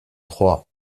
troyes